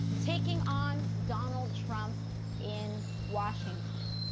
taking on donald trump in washington.